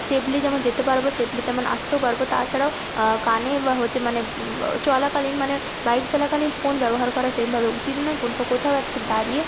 safely যেমন যেতে পারব সেফলি তেমন আসতেও পারব তাছাড়াও কানে হচ্ছে মানে চলাকালীন মানে বাইক চলাকালীন ফোন ব্যবহার করা সেরকমভাবে উচিত নয় কোন ঠো কোথাও একটা দাঁড়িয়ে